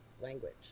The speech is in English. language